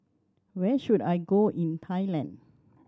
where should I go in Thailand